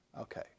Okay